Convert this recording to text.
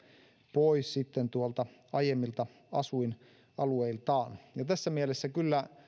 pois tuolta aiemmilta asuinalueiltaan ja tässä mielessä haastaisin kyllä